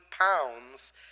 pounds